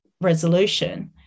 resolution